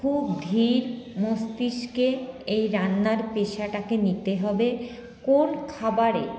খুব ধীর মস্তিষ্কে এই রান্নার পেশাটাকে নিতে হবে কোন খাবারে